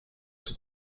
sous